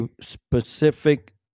specific